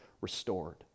restored